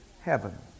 heaven